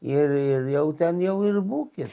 ir ir jau ten jau ir būkit